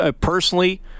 Personally